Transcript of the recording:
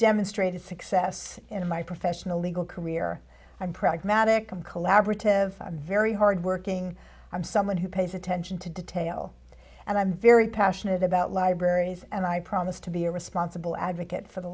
demonstrated success in my professional legal career i'm pragmatic i'm collaborative very hard working i'm someone who pays attention to detail and i'm very passionate about libraries and i promise to be a responsible advocate for the